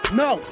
no